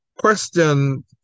question